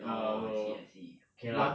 orh I see I see K lah